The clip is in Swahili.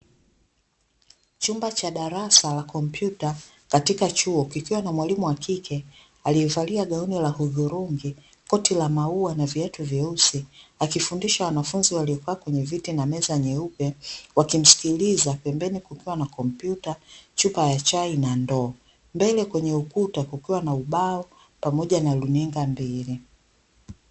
Chumba cha darasa la kompyuta katika chuo kikiwa na mwalimu wa kike aliyevalia gauni la hudhurungi, koti la maua na viatu vyeusi akifundisha wanafunzi waliokaa kwenye viti na meza nyeupe wakimsikiliza pembeni kukiwa na kompyuta chupa ya chai na ndoo mbele kwenye ukuta kukiwa na ubao pamoja na runinga mbili.